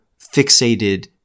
fixated